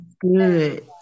good